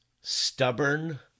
stubborn